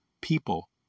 people